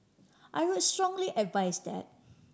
I would strongly advise that